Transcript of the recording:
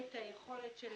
את היכולת של